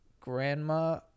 grandma